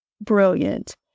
brilliant